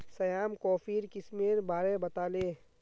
श्याम कॉफीर किस्मेर बारे बताले